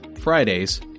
Fridays